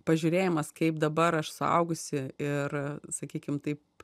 pažiūrėjimas kaip dabar aš suaugusi ir sakykim taip